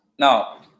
Now